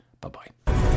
Bye-bye